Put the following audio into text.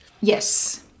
Yes